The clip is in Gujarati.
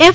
એફ